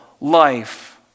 life